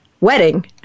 wedding